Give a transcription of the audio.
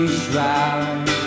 shroud